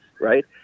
right